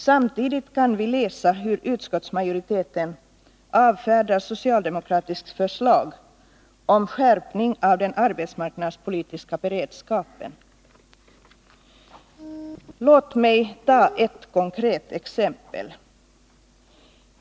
Samtidigt kan vi läsa hur utskottsmajoriteten avfärdar ett socialdemokratiskt förslag om skärpning av den arbetsmarknadspolitiska beredskapen. Låt mig ta ett konkret exempel.